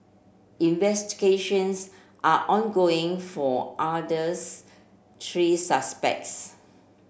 investigations are ongoing for others three suspects